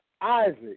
Isaac